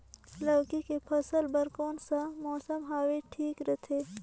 लौकी के फसल बार कोन सा मौसम हवे ठीक रथे?